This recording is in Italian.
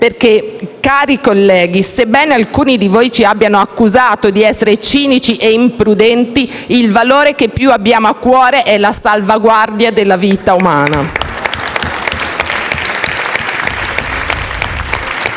morte. Cari colleghi, sebbene alcuni di voi ci abbiano accusato di essere cinici e imprudenti, il valore che più abbiamo a cuore è la salvaguardia della vita umana.